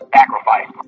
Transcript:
sacrifice